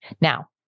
Now